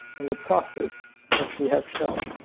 in the process that we have shown,